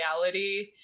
reality